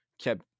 kept